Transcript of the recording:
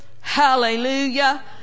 Hallelujah